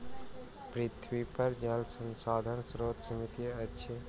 पृथ्वीपर जल संसाधनक स्रोत सीमित अछि